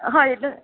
હા એટલે